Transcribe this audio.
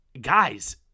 guys